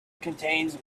contains